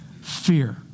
fear